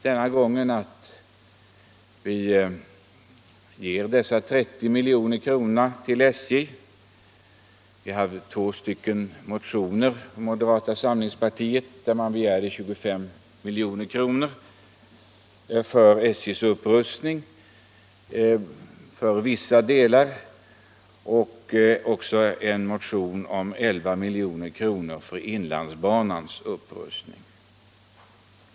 Denna gång har vi funnit det riktigt och viktigt att ge 30 milj.kr. till SJ. landsbanans upprustning.